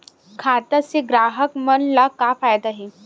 खाता से ग्राहक मन ला का फ़ायदा हे?